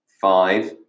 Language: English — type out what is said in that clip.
five